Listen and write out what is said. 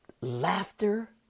laughter